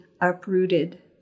uprooted